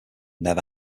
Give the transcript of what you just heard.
never